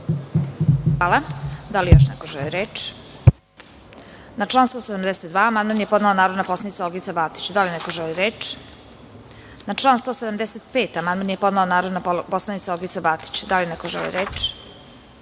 Hvala. Da li još neko želi reč? (Ne.)Na član 172. amandman je podnela narodna poslanica Olgica Batić. Da li neko želi reč? (Ne.)Na član 175. amandman je podnela narodna poslanica Olgica Batić. Da li neko želi reč?